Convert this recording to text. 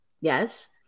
Yes